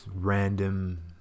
random